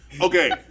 Okay